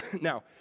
Now